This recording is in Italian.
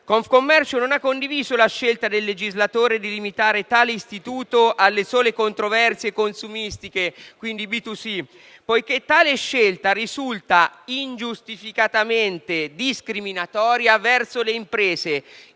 Confcommercio non ha condiviso la scelta del legislatore di limitare tale istituto alle sole controversie consumeristiche (B2C) poiché tale scelta risulta ingiustificatamente discriminatoria verso le imprese,